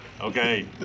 Okay